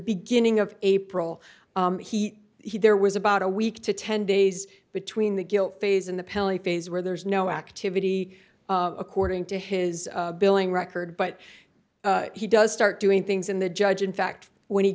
beginning of april he he there was about a week to ten days between the guilt phase and the pelly phase where there's no activity according to his billing record but he does start doing things in the judge in fact when he